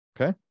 okay